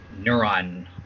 neuron